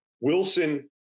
Wilson